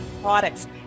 products